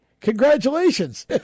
congratulations